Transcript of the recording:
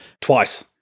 Twice